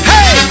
Hey